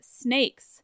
snakes